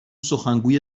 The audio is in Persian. سخنگوی